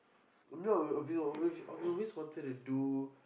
no we've we've we've always wanted to do